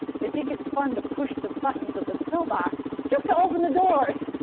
they think it's fun to push the buttons of the pill box, just to open the doors.